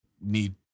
Need